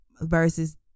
Versus